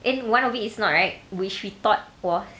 and one of it is not right which we thought was